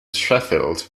sheffield